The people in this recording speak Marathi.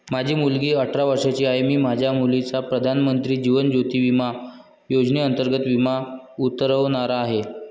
माझी मुलगी अठरा वर्षांची आहे, मी माझ्या मुलीचा प्रधानमंत्री जीवन ज्योती विमा योजनेअंतर्गत विमा उतरवणार आहे